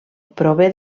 prové